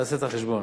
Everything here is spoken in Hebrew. תעשה את החשבון.